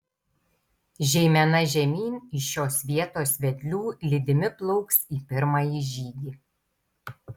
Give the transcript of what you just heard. žeimena žemyn iš šios vietos vedlių lydimi plauks į pirmąjį žygį